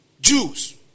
Jews